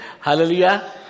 Hallelujah